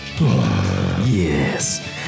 Yes